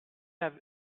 have